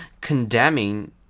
condemning